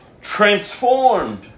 transformed